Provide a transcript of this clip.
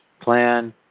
Plan